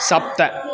सप्त